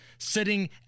Sitting